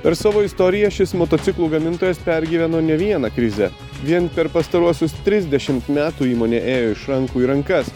per savo istoriją šis motociklų gamintojas pergyveno ne vieną krizę vien per pastaruosius trisdešimt metų įmonė ėjo iš rankų į rankas